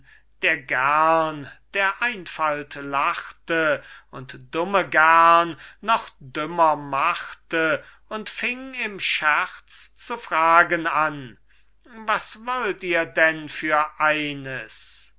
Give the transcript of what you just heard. der gern der einfalt lachte und dumme gern noch dümmer machte und fing im scherz zu fragen an was wollt ihr denn für eines